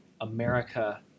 America